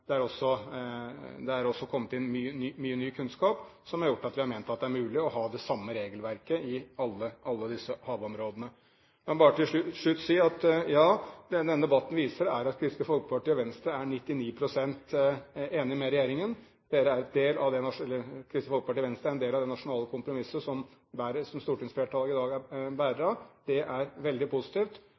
det er også kommet inn mye ny kunnskap som har gjort at vi har ment at det er mulig å ha det samme regelverket i alle disse havområdene. La meg til slutt si at det denne debatten viser, er at Kristelig Folkeparti og Venstre er 99 pst. enig med regjeringen. Kristelig Folkeparti og Venstre er en del av det nasjonale kompromisset som stortingsflertallet i dag er bærere av. Det er veldig positivt.